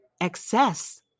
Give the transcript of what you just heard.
excess